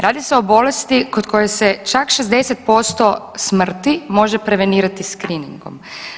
Radi se o bolesti kod koje se čak 60% smrti može prevenirani skriningom.